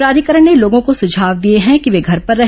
प्राधिकरण ने लोगों को सुझाव दिए हैं कि वे घर पर रहे